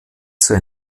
zur